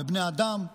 בבני אדם,